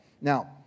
Now